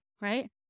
right